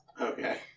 Okay